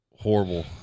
horrible